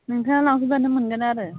नोंथाङा लांफैबानो मोनगोन आरो